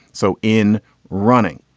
so in running,